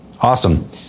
awesome